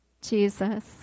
Jesus